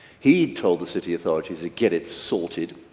he'd told the city authority to get it sorted,